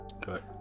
Good